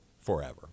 forever